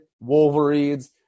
Wolverines